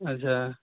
اچھا